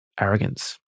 Arrogance